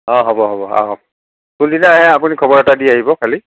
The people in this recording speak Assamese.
অ' হ'ব হ'ব আহক কোনদিনা আহে আপুনি খবৰ এটা দি আহিব খালি